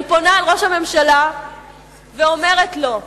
אני פונה אל ראש הממשלה ואומרת לו: